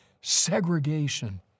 segregation